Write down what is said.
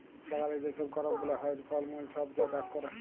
বাগালে যে ছব করপ গুলা হ্যয়, ফল মূল ছব যা চাষ ক্যরে